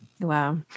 Wow